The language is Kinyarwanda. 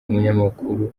umunyamakuru